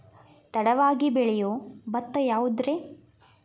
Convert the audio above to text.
ತಡವಾಗಿ ಬೆಳಿಯೊ ಭತ್ತ ಯಾವುದ್ರೇ?